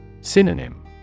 Synonym